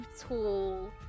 tall